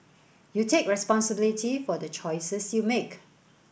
you take responsibility for the choices you make